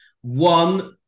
one